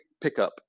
pickup